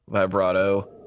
vibrato